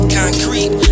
concrete